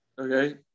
okay